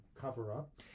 cover-up